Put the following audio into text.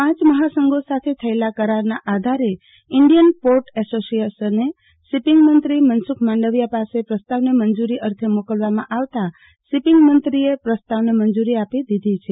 પાંચ મહાસંધો સાથે થયેલા કરારનાં આધારે ઇન્ડિયન પોર્ટ એસોસિએશનને શોપિંગ મંત્રી મનસુખ મોંડવિદ્યો પાસે પ્રસ્તાવને મંજુરી અર્થે મોકવામાં આવતા શિપિંગ મંત્રીએ પ્રસ્તાવ મંજરી આપી દીધી છે